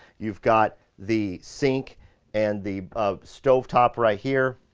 you've got the sink and the stove top right here.